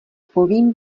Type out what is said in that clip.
povím